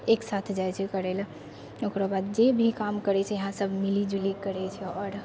एकसाथ जाइ छै करै लए ओकरा बाद जे भी काम करै छै इहाँ सभ मिलि जुलि करै छै आओर